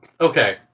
okay